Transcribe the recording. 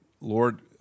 Lord